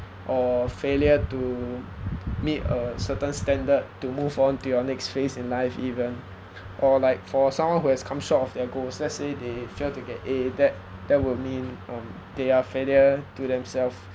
or failure to meet a certain standard to move on to your next phase in life even or like for someone who has come short of their goals let's say they failed to get A that that would mean they are failure to themselves